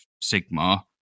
Sigma